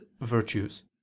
Virtues